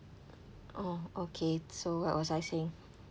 oh okay so what was I saying